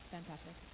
Fantastic